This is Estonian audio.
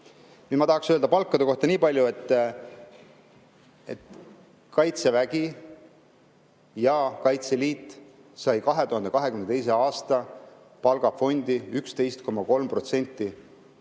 Ma tahaksin öelda palkade kohta niipalju, et Kaitsevägi ja Kaitseliit said 2022. aasta palgafondi 11,3% kasvu.